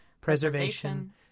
preservation